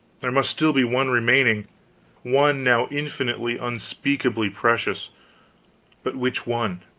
there must still be one remaining one now infinitely, unspeakably precious but which one?